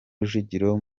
rujugiro